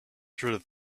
through